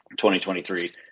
2023